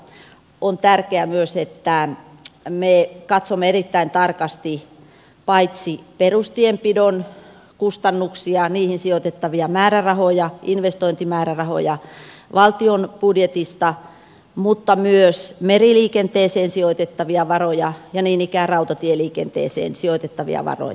sen takia on tärkeää myös että me katsomme erittäin tarkasti perustienpidon kustannuksia niihin sijoitettavia määrärahoja investointimäärärahoja valtion budjetista mutta myös meriliikenteeseen sijoitettavia varoja ja niin ikään rautatieliikenteeseen sijoitettavia varoja